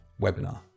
webinar